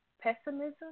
pessimism